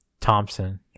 Thompson